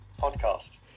podcast